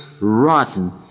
Rotten